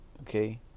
Okay